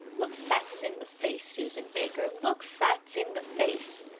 look facts in the face, susan baker, look facts in the face.